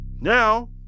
Now